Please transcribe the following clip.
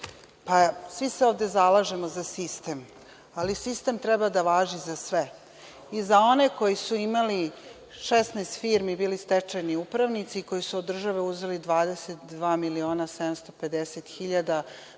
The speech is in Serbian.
svi se ovde zalažemo za sistem, ali sistem treba da važi za svi i za one koji su imali 16 firmi, bili stečajni upravnici, koji su od države uzeli 22 miliona 750 hiljada